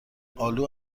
آلو